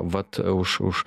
vat už už